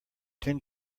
tin